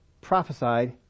prophesied